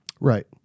right